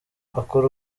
akora